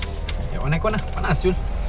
eh on aircon ah panas [siol]